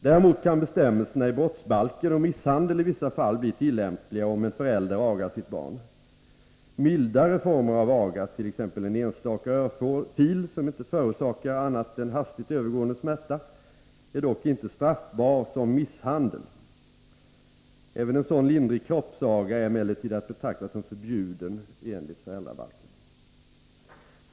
Däremot kan bestämmelserna i brottsbalken om misshandel i vissa fall bli tillämpliga om en förälder agar sitt barn. Mildare former av aga, t.ex. en enstaka örfil som inte förorsakar annat än hastigt övergående smärta, är dock inte straffbara som misshandel. Även en sådan lindrig kroppsaga är emellertid att betrakta som förbjuden enligt föräldrabalken.